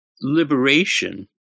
liberation